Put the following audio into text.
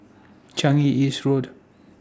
Changi East Road